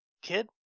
kid